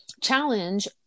challenge